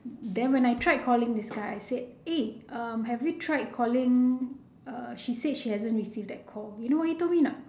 then when I tried calling this guy I said eh uh have you tried calling uh she said she hasn't received that call you know what he told me or not